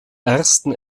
ersten